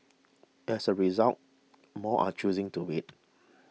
as a result more are choosing to wait